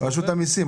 רשות המסים,